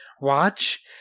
watch